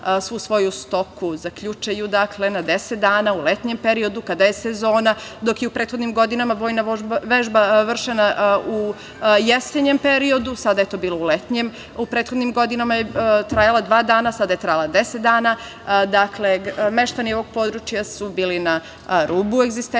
svu svoju stoku zaključaju na deset dana u letnjem periodu, kada je sezona, dok je u prethodnim godinama vojna vežba vršena u jesenjem periodu, sada je to bilo u letnjem, u prethodnim godinama je trajala dva dana, sada je trajala deset dana. Dakle, meštani ovog područja su bili na rubu egzistencije.